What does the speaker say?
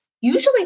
Usually